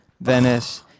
Venice